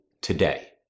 today